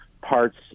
parts